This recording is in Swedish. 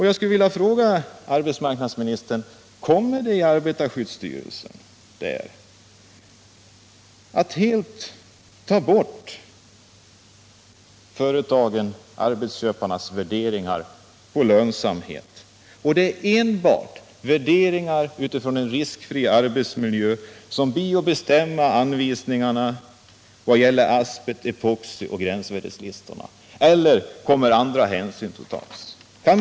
Jag vill fråga arbetsmarknadsministern: Kommer arbetarskyddsstyrelsen att helt bortse från arbetsköparnas värderingar när det gäller lönsamhet och enbart ta hänsyn till kravet på en riskfri arbetsmiljö, t.ex. när man utfärdar anvisningar för asbest och epoxi samt upprättar gränsvärdeslistor? Eller kommer man också att ta andra hänsyn?